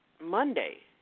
Monday